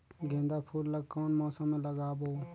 गेंदा फूल ल कौन मौसम मे लगाबो?